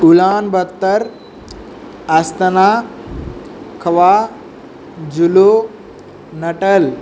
Ulaanbaatar ఆస్తన ఖవా జలు నటల్